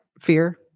fear